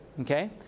Okay